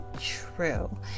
True